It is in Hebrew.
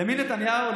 למי נתניהו,